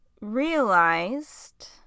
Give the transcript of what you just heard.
realized